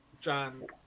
john